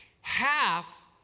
half